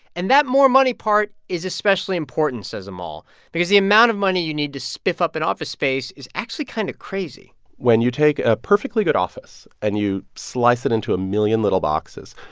and that more money part is especially important, says um amol, because the amount of money you need to spiff up an office space is actually kind of crazy when you take a perfectly good office and you slice it into a million little boxes,